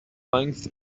length